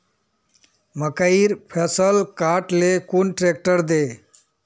मकईर फसल काट ले कुन ट्रेक्टर दे?